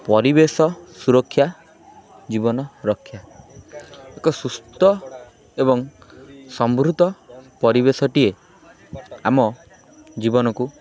ପରିବେଶ ସୁରକ୍ଷା ଜୀବନ ରକ୍ଷା ଏକ ସୁସ୍ଥ ଏବଂ ସମୃଦ୍ଧ ପରିବେଶଟିଏ ଆମ ଜୀବନକୁ